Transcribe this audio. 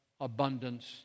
abundance